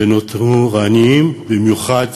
ונותרו עניים, במיוחד